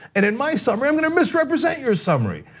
and in my summary, i'm gonna misrepresent your summary.